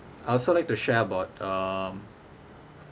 I also like to share about um